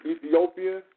Ethiopia